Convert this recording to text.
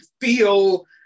feel